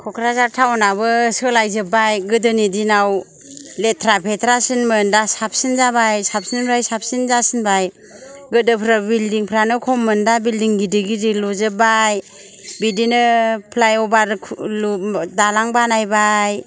क'क्राझार थाउनाबो सोलाय जोबबाय गोदोनि दिनाव लेथ्रा फेथ्रासिनमोन दा साबसिन जाबाय साबसिननिफ्राय साबसिन जासिनबाय गोदोफोर बिल्दिं फ्रानो खममोन दा बिल्दिं गिदिर गिदिर लुजोबबाय बिदिनो फ्लाय अभार दालां बानायबाय